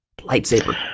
Lightsaber